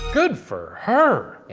good for her! yeah,